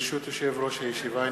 ברשות יושב-ראש הישיבה,